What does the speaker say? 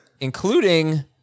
including